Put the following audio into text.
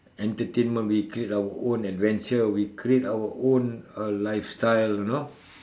entertainment we create our own adventure we create our own uh lifestyle you know